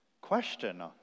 Question